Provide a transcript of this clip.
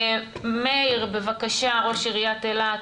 מאיר, בבקשה, ראש עיריית אילת.